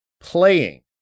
playing